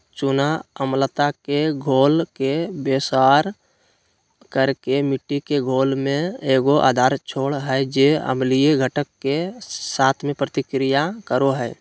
चूना अम्लता के घोल के बेअसर कर के मिट्टी के घोल में एगो आधार छोड़ हइ जे अम्लीय घटक, के साथ प्रतिक्रिया करो हइ